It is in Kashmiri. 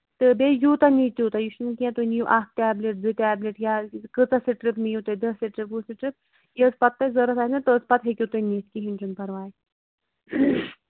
تہٕ بیٚیہِ یوٗتاہ نیہِ تیٛوٗتاہ یہِ چھُنہٕ کیٚنٛہہ تُہۍ نِیِو اکھ ٹیبلِٹ زٕ ٹیبلِٹ یا کٲژاہ سِٹریپ نِیو تُہۍ دَہ سِٹرِپ وُہ سِٹرِپ یٔژ پَتہٕ تۄہہِ ضروٗرت آسنَو تٔژ پَتہٕ ہیٚکِو تُہۍ نِتھ کِہیٖنٛۍ چھُنہٕ پَرواے